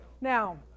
Now